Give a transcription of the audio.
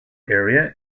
area